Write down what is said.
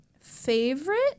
Favorite